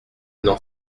n’en